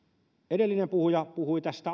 edellinen puhuja puhui tästä